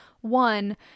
one